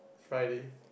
Friday